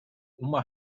uma